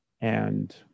and-